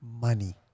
money